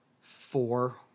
four